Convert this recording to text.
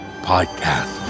Podcast